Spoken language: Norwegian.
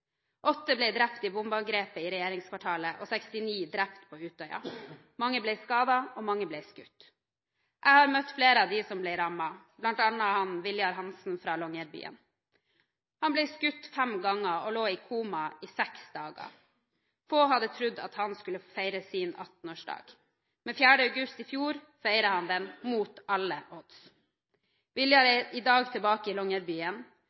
Åtte ble drept i bombeangrepet i regjeringskvartalet, og 69 ble drept på Utøya. Mange ble skadet, og mange ble skutt. Jeg har møtt flere av dem som ble rammet, bl.a. Viljar Hansen fra Longyearbyen. Han ble skutt fem ganger og lå i koma i seks dager. Få hadde trodd at han skulle feire sin 18-årsdag, men 4. august i fjor feiret han den – mot alle odds. Viljar er i